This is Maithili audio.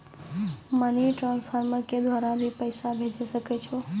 मनी ट्रांसफर के द्वारा भी पैसा भेजै सकै छौ?